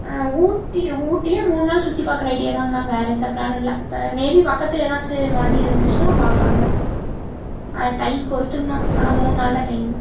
ஊட்டி ஊட்டியே மூணு நாள் சுற்றி பார்க்கற ஐடியாதாங்கண்ணா வேறே எந்த பிளானும் இல்லை மேபி பக்கத்தில் எதாச்சும் மறுபடியும் இருந்துச்சின்னால் பார்க்கலாங்கண்ணா ஆ டைம் பொறுத்துங்கண்ணா ஆனால் மூணு நாள் தான் டைமு